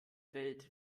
welt